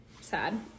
sad